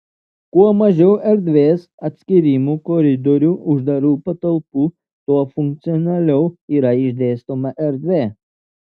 kuo mažiau erdvės atskyrimų koridorių uždarų patalpų tuo funkcionaliau yra išdėstoma erdvė